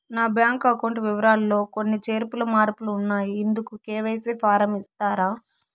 నా bank account వివరాలు లో కొన్ని చేర్పులు మార్పులు ఉన్నాయి, ఇందుకు కె.వై.సి ఫారం ఇస్తారా?